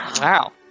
Wow